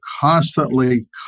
constantly